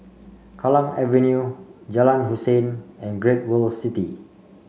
Kallang Avenue Jalan Hussein and Great World City